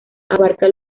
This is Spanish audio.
abarca